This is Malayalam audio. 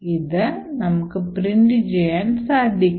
ഇത് നമുക്ക് പ്രിൻറ് ചെയ്യാൻ സാധിക്കും